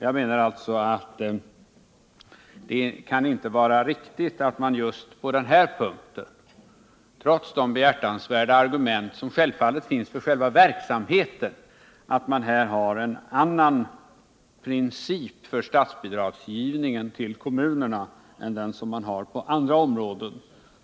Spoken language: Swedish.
Jag menar alltså att det inte kan vara riktigt att just på denna punkt, trots de behjärtansvärda argument som självfallet finns för själva verksamheten, ha en annan princip för statsbidragsgivningen till kommunerna än den man har på andra områden.